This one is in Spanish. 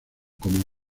como